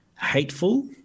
hateful